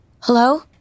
hello